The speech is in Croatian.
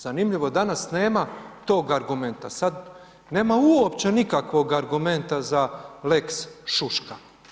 Zanimljivo, danas nema tog argumenta, sad nema uopće nikakvog argumenta za lex šuška.